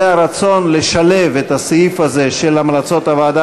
זה הרצון לשלב את הסעיף הזה של המלצות הוועדה